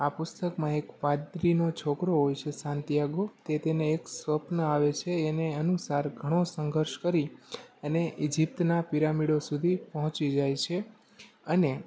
આ પુસ્તકમાં એક પાદરીનો છોકરો હોય છે સાંતીયાગો તે તેને એક સ્વપ્ન આવે છે એને અનુસાર ઘણો સંઘર્ષ કરી એને ઇજિપ્તના પિરામિડો સુધી પહોંચી જાય છે અને